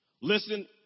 Listen